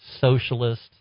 socialist